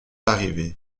arrivé